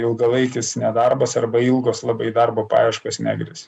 ilgalaikis nedarbas arba ilgos labai darbo paieškos negresia